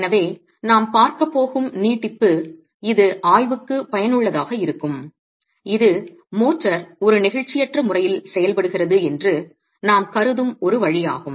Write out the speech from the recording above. எனவே நாம் பார்க்கப்போகும் நீட்டிப்பு இது ஆய்வுக்கு பயனுள்ளதாக இருக்கும் இது மோட்டார் ஒரு நெகிழ்ச்சியற்ற முறையில் செயல்படுகிறது என்று நாம் கருதும் ஒரு வழியாகும்